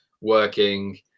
working